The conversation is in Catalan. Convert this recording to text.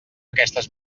aquestes